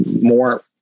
more